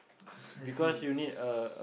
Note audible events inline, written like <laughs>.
<laughs> I see <breath>